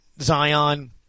Zion